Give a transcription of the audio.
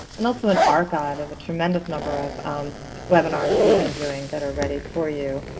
and also an archive of a tremendous number of webinars that we've been doing that are ready for you.